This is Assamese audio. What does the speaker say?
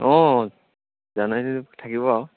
অঁ জানুৱাৰীত থাকিব আৰু